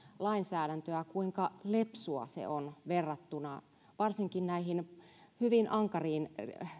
lainsäädäntöä sitä kuinka lepsua se on verrattuna varsinkin näihin hyvin ankariin